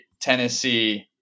Tennessee